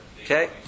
Okay